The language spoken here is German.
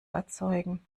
erzeugen